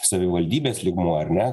savivaldybės lygmuo ar ne